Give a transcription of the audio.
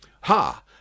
Ha